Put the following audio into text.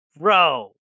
Bro